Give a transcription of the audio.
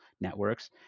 networks